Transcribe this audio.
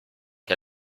que